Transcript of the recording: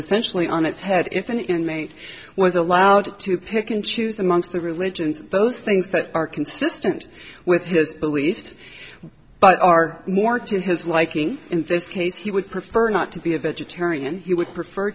essentially on its head if an inmate was allowed to pick and choose amongst the religions those things that are consistent with his beliefs but are more to his liking in this case he would prefer not to be a vegetarian he would prefer